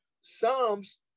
Psalms